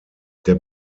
der